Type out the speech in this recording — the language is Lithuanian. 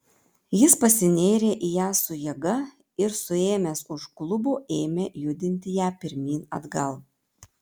jis pasinėrė į ją su jėga ir suėmęs už klubų ėmė judinti ją pirmyn atgal